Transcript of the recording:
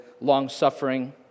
long-suffering